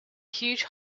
huge